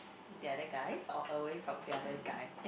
the other guy or away from the other guy